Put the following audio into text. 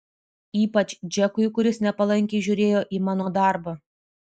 ypač džekui kuris nepalankiai žiūrėjo į mano darbą